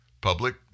public